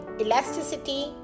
elasticity